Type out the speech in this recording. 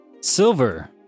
Silver